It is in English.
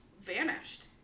vanished